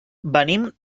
venim